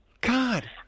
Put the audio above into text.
God